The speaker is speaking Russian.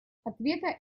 ответа